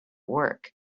work